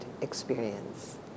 experience